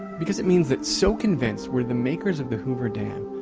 because it means that so convinced were the makers of the hoover dam,